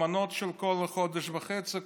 במנות של כל חודש וחצי,